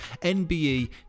NBE